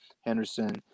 Henderson